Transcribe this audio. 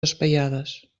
espaiades